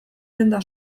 denda